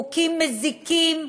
חוקים מזיקים,